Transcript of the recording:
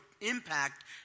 impact